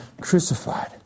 crucified